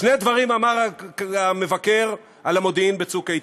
שני דברים אמר המבקר על המודיעין ב"צוק איתן":